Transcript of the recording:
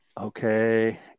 okay